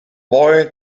boy